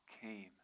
came